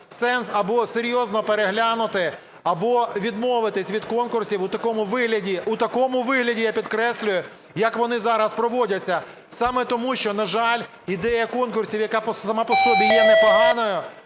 сенс або серйозно переглянути, або відмовитися від конкурсів у такому вигляді, у такому вигляді, я підкреслюю, як вони зараз проводяться. Саме тому, що, на жаль, ідея конкурсів, яка сама по собі є непоганою,